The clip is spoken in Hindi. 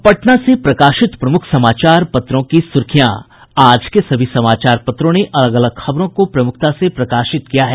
अब पटना से प्रकाशित प्रमुख समाचार पत्रों की सुर्खियां आज के सभी समाचार पत्रों ने अलग अलग खबरों को प्रमुखता से प्रकाशित किया है